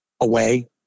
away